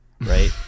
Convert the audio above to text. right